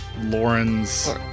Lauren's